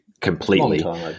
completely